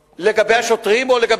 לא, לא השמות.